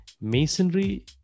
Masonry